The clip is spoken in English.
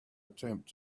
attempt